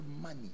money